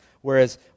whereas